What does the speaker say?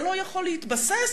זה לא יכול להתבסס